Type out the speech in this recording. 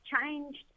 changed